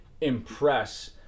impress